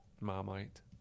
marmite